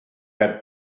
had